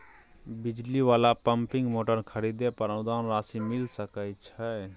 बिजली वाला pumping motor खरीदे पर अनुदान राशि मिल सके छैय?